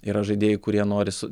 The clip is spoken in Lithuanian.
yra žaidėjų kurie nori su